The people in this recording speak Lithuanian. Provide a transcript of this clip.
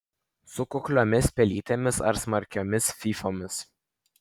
su kukliomis pelytėmis ar smarkiomis fyfomis